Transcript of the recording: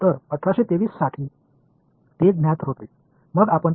எனவே 1823 ஆம் ஆண்டு வரை அதுதான் அறியப்பட்டது